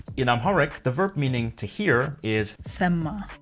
in amharic, the verb meaning to hear is samma,